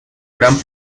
gran